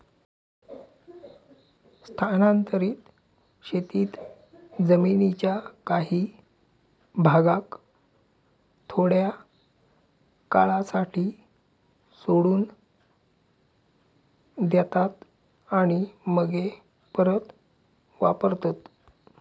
स्थानांतरीत शेतीत जमीनीच्या काही भागाक थोड्या काळासाठी सोडून देतात आणि मगे परत वापरतत